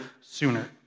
sooner